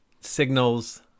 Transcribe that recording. signals